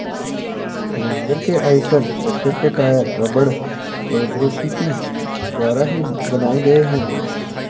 सुरेंद्र के Eicher tractor के tyre रबड़ प्रौद्योगिकी द्वारा ही बनाए गए हैं